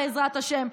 בעזרת השם.